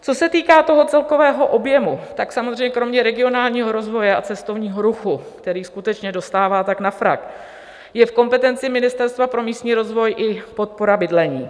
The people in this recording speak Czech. Co se týká toho celkového objemu, samozřejmě kromě regionálního rozvoje a cestovního ruchu, který skutečně dostává tak na frak, je v kompetenci Ministerstva pro místní rozvoj i podpora bydlení.